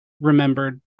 remembered